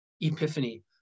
epiphany